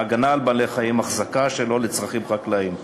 (הגנה על בעלי-חיים) (החזקה שלא לצרכים חקלאיים).